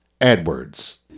edwards